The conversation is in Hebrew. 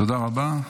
תודה רבה.